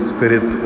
Spirit